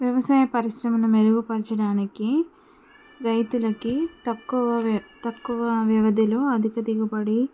వ్యవసాయ పరిశ్రమను మెరుగుపరచడానికి రైతులకి తక్కువ వ్యవ తక్కువ వ్యవధిలో అధిక దిగుబడి